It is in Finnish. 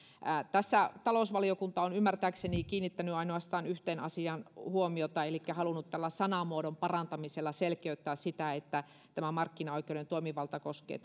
tässä talousvaliokunta on ymmärtääkseni kiinnittänyt ainoastaan yhteen asiaan huomiota elikkä on halunnut tällä sanamuodon parantamisella selkeyttää sitä että tämä markkinaoikeuden toimivalta koskee